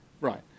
Right